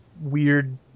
weird